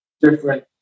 different